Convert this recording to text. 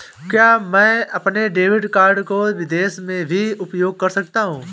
क्या मैं अपने डेबिट कार्ड को विदेश में भी उपयोग कर सकता हूं?